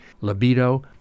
libido